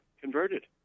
converted